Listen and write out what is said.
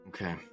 Okay